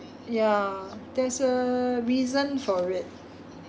ya there's a reason for it